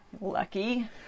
lucky